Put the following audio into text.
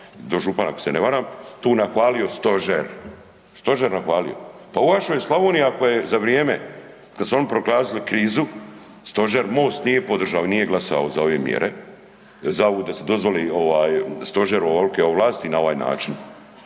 dožupan ako se ne varam tu nahvalio stožer, stožer nahvalio. Pa u vašoj Slavoniji ako je za vrijeme kada su oni proglasili krizu stožer Most nije podržao i nije glasao za ove mjere, da se dozvoli stožeru ovakve ovlasti na ovaj način.